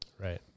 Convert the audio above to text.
Right